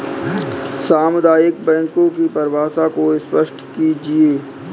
सामुदायिक बैंकों की परिभाषा को स्पष्ट कीजिए?